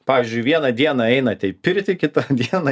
pavyzdžiui vieną dieną einate į pirtį kitą dieną